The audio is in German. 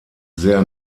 sehr